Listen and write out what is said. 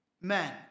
men